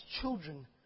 children